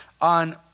on